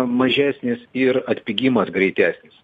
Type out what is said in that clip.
mažesnis ir atpigimas greitesnis